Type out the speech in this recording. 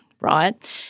right